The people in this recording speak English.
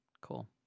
Cool